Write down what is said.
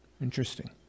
Interesting